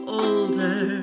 older